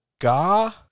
Gah